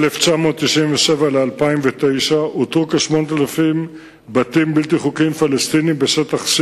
2. האם התוואי אינו עומד בסתירה למדיניות